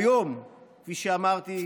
היום, כפי שאמרתי,